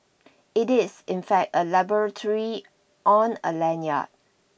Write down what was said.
it is in fact a laboratory on a lanyard